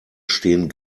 stehen